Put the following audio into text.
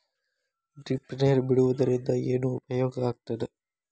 Drip ನೇರ್ ಬಿಡುವುದರಿಂದ ಏನು ಉಪಯೋಗ ಆಗ್ತದ?